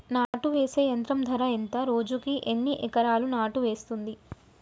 నాటు వేసే యంత్రం ధర ఎంత రోజుకి ఎన్ని ఎకరాలు నాటు వేస్తుంది?